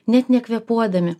net nekvėpuodami